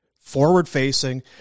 forward-facing